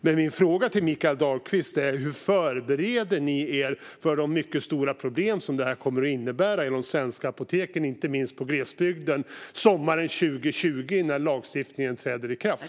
Hur förbereder ni er, Mikael Dahlqvist, för de mycket stora problem som detta kommer att innebära för de svenska apoteken, inte minst i glesbygden sommaren 2020 när lagstiftningen träder i kraft?